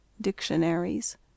Dictionaries